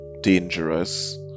dangerous